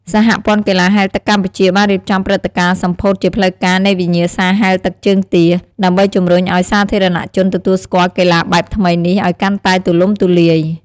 សហព័ន្ធកីឡាហែលទឹកកម្ពុជាបានរៀបចំព្រឹត្តិការណ៍សម្ពោធជាផ្លូវការនៃវិញ្ញាសាហែលទឹកជើងទា ដើម្បីជម្រុញឲ្យសាធារណជនទទួលស្គាល់កីឡាបែបថ្មីនេះឲ្យកាន់តែទូលំទូលាយ។